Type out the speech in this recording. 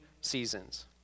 seasons